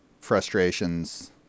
frustrations